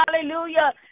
Hallelujah